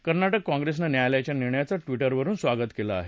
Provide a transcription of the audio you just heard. कर्नाटक काँग्रेसनं न्यायालयाच्या निर्णयाचं ट्वीटरवरून स्वागत केलं आहे